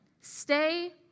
stay